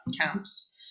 camps